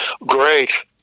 great